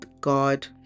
God